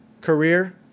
career